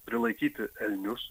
prilaikyti elnius